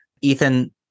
Ethan